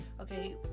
Okay